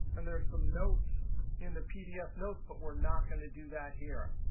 and there some notes in the pdf notes, but we're not going to do that here.